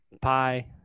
pie